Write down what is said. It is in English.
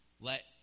Let